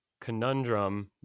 conundrum